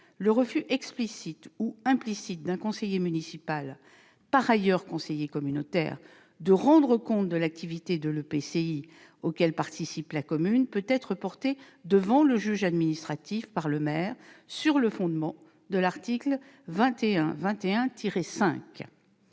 le refus, explicite ou implicite, d'un conseiller municipal, par ailleurs conseiller communautaire, de rendre compte de l'activité de l'EPCI auquel participe la commune peut être porté devant le juge administratif par le maire, sur le fondement de l'article L.